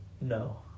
No